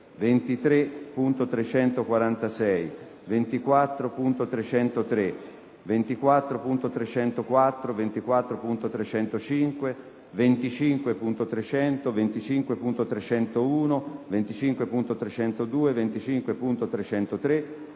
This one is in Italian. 23.346, 24.303, 24.304, 24.305, 25.300, 25.301, 25.302, 25.303,